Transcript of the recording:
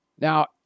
Now